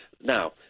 Now